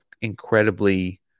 incredibly